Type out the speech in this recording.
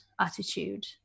attitude